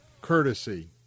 courtesy